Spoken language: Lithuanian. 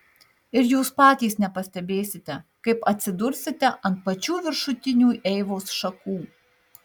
ir jūs patys nepastebėsite kaip atsidursite ant pačių viršutinių eivos šakų